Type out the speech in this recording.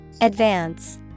Advance